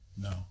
no